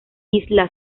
isla